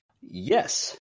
Yes